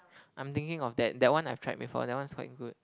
I'm thinking of that that one I've tried before that one is quite good